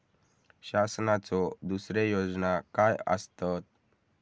शासनाचो दुसरे योजना काय आसतत?